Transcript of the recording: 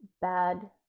bad